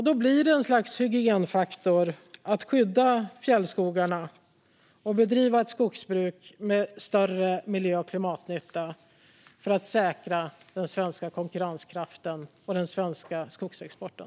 Då blir det ett slags hygienfaktor att skydda fjällskogarna och bedriva ett skogsbruk med större miljö och klimatnytta för att säkra den svenska konkurrenskraften och den svenska skogsexporten.